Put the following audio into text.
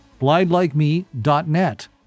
blindlikeme.net